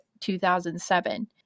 2007